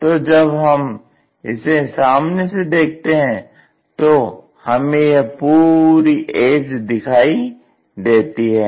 तो जब हम इसे सामने से देखते हैं तो हमें यह पूरी एज दिखाई देती है